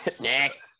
Next